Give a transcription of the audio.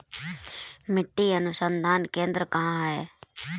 मिट्टी अनुसंधान केंद्र कहाँ है?